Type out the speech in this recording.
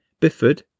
Bifford